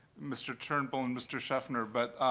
mr. turnbull and mr. sheffner. but